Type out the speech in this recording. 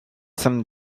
some